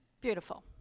beautiful